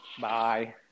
Bye